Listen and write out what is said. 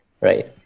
right